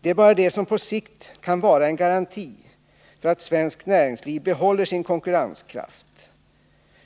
Det är bara det som på sikt kan vara en garanti för att svenskt näringsliv håller sin konkurrenskraft.